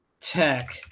Tech